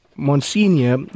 Monsignor